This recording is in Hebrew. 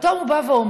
ופתאום הוא בא ואומר: